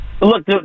Look